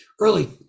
early